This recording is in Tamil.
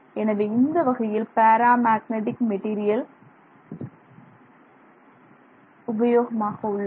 எனவே இந்த வகையில் பேரா மேக்னெட்டிக் மெட்டீரியல் உபயோகமாக உள்ளது